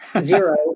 zero